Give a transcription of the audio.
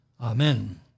Amen